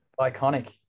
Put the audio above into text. Iconic